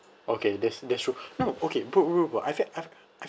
okay there there should no okay bro bro bro bro I've had I've